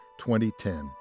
2010